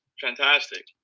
fantastic